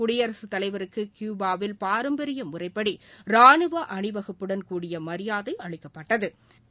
குடியரசுத்தலைவருக்கு கியூபாவில் பாரம்பரிய முறைப்படி ரானுவ அணிவகுப்புடன் கூடிய மரியாதை அளிக்கப்பட்து